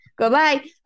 goodbye